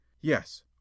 Yes